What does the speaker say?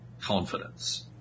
confidence